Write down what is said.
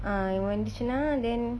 err இவ வந்துசுனா:iva vandthuchsunaa then